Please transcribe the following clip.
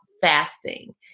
fasting